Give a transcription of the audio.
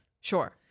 Sure